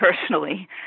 personally